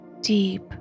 deep